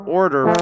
order